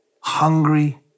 hungry